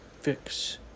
fix